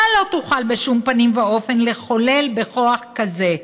מה לא תוכל בשום פנים ואופן לחולל בכוח כזה?"